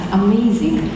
amazing